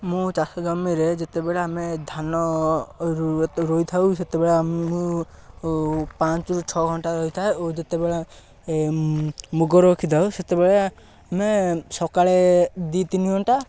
ମୁଁ ଚାଷ ଜମିରେ ଯେତେବେଳେ ଆମେ ଧାନ ରୋଇଥାଉ ସେତେବେଳେ ଆମ ମୁଁ ପାଞ୍ଚରୁ ଛଅ ଘଣ୍ଟା ରହିଥାଏ ଓ ଯେତେବେଳେ ମୁଗ ରଖିଥାଉ ସେତେବେଳେ ଆମେ ସକାଳେ ଦୁଇ ତିନି ଘଣ୍ଟା